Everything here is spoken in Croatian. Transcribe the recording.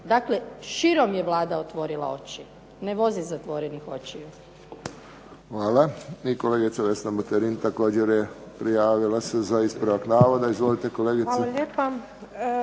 Dakle, širom je Vlada otvorila oči, ne vozi zatvorenih očiju.